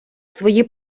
свої